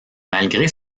malgré